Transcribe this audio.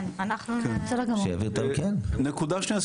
נקודה שנייה,